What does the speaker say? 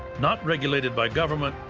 not regulated by government,